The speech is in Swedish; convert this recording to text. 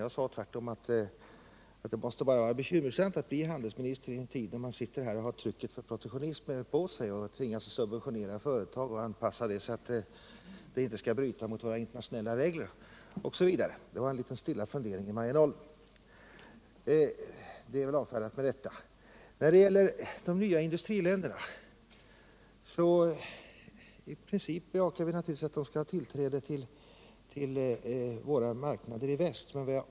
Tvärtom sade jag att det måste vara bekymmersamt att bli handelsminister i en tid då man har trycket från protektionismen på sig och tvingas att subventionera företag och göra anpassningar, så att man inte bryter mot några internationella regler. Det var en liten stilla fundering i marginalen, och saken är väl avfärdad med detta. När det gäller de nya industriländerna bejakar vi naturligtvis att de skall ha tillträde till våra marknader i väst.